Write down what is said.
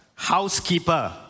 housekeeper